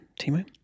Timo